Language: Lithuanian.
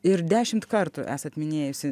ir dešimt kartų esat minėjusi